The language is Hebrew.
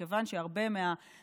מכיוון שהרבה מהמקומות,